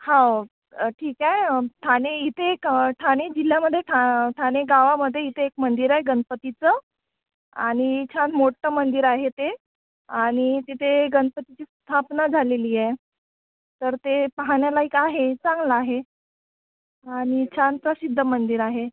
हो ठीक आहे ठाणे इथे एक ठाणे जिल्ह्यामध्ये ठा ठाणे गावामध्ये इथे एक मंदिर आहे गणपतीचं आणि छान मोठं मंदिर आहे ते आणि तिथे गणपतीची स्थापना झालेली आहे तर ते पाहण्यालायक आहे चांगलं आहे आणि छान प्रसिद्ध मंदिर आहे